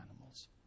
animals